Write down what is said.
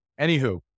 Anywho